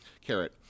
carrot